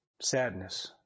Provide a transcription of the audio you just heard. sadness